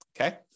okay